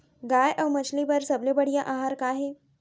गाय अऊ मछली बर सबले बढ़िया आहार का हे?